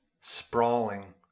sprawling